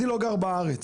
אני לא גר בארץ,